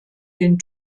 den